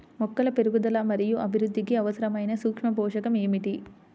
మొక్కల పెరుగుదల మరియు అభివృద్ధికి అవసరమైన సూక్ష్మ పోషకం ఏమిటి?